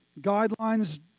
guidelines